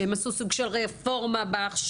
שהם עשו סוג של רפורמה בהכשרות.